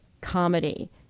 comedy